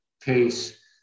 case